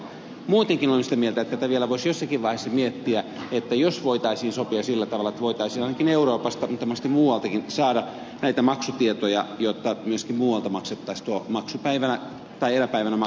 muutenkin olen sitä mieltä että tätä vielä voisi jossakin vaiheessa miettiä voitaisiinko sopia sillä tavalla että voitaisiin ainakin euroopasta mutta mahdollisesti muualtakin saada näitä maksutietoja jotta niistä muutama sitten salo matti väinö ajatelma